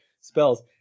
spells